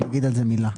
ונגיד על זה מילה.